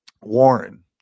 Warren